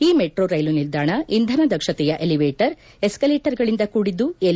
ಈ ಮೆಟ್ರೋ ರೈಲು ನಿಲ್ದಾಣ ಇಂದನ ದಕ್ಷತೆಯ ಎಲಿವೇಟರ್ ಎಸ್ತಲೇಟರ್ ಗಳಿಂದ ಕೂಡಿದ್ದು ಎಲ್